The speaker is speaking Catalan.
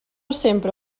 sempre